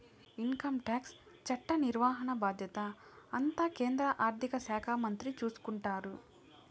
income tax చట్ట నిర్వహణ బాధ్యత అంతా కేంద్ర ఆర్థిక శాఖ మంత్రి చూసుకుంటారు